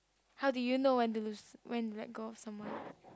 how do you know when to lose when to let go of someone